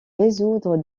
résoudre